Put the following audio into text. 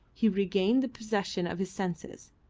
he regained the possession of his senses,